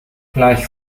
gleich